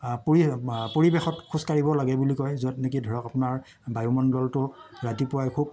পৰি পৰিৱেশত খোজকাঢ়িব লাগে বুলি কয় য'ত নেকি ধৰক আপোনাৰ বায়ুমণ্ডলটো ৰাতিপুৱাই খুব